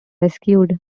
rescued